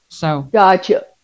Gotcha